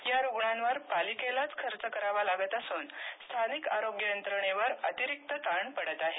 या रुग्णांवर पालिकेलाच खर्च करावा लागत असून स्थानिक आरोग्य यंत्रणेवर अतिरिक्त ताण पडत आहे